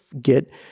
get